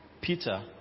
Peter